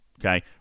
okay